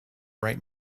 right